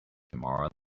tamara